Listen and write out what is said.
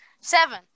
seven